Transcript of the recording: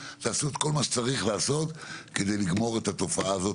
תעשו כל מה שצריך לעשות כדי לגמור את התופעה הזאת.